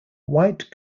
white